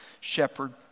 shepherd